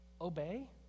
Obey